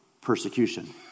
persecution